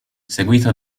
seguito